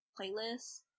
playlist